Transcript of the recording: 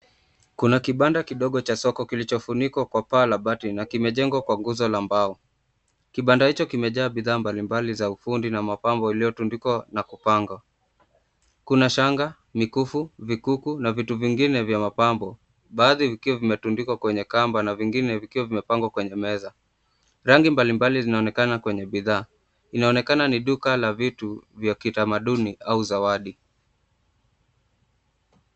Kuna kibanda kidogo cha soko kilichofunikwa kwa paa la bati na kimejengwa kwa gunzo la mbao. Kibanda hicho kimejaa bidhaa mbali mbali za ufundi na mapambo iliyotundikwa na kupanga. Kuna shanga, mikufu vikuku na vitu vingine vya mapambo, baadhi vikiwa vimetundikwa kwenye kamba na vingine vikiwa vimepangwa kwenye meza. Rangi mbali mbali zinaonekana kwenye bidhaa. Vinaonekana ni duka la vitu vya kitamaduni au zawadi.